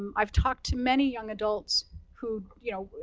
um i've talked to many young adults who, you know,